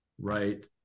right